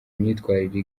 imyitwarire